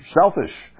selfish